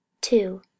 two